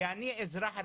כי, אני אזרח רגיל,